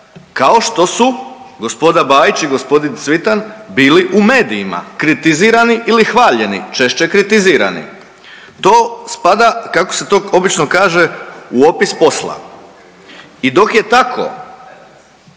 kao što su g. Bajić i g. Cvitan bili u medijima, kritizirani ili hvaljeni, češće kritizirani. To spada, kako se to obično kaže, u opis posla. I dok je tako,